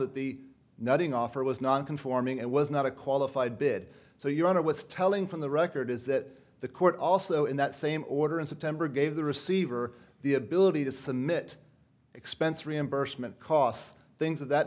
that the nutting offer was non conforming and was not a qualified bid so your honor was telling from the record is that the court also in that same order in september gave the receiver the ability to submit expense reimbursement costs things of that